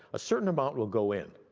a certain amount will go in.